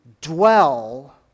dwell